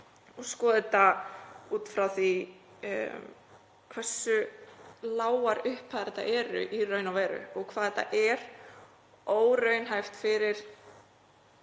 og skoða þetta út frá því hversu lágar upphæðir þetta eru í raun og veru og hvað þetta er óraunhæft fyrir